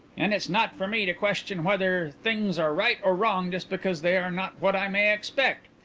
and it's not for me to question whether things are right or wrong just because they are not what i may expect.